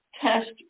test